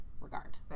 regard